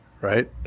right